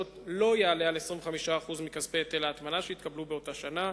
לא יעלה על 25% מכספי היטל ההטמנה שהתקבלו באותה שנה.